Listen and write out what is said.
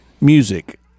music